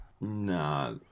Nah